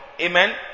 Amen